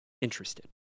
interested